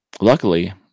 Luckily